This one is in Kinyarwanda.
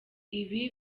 ibi